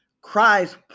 Christ